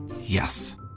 Yes